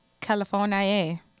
California